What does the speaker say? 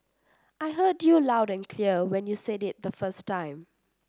I heard you loud and clear when you said it the first time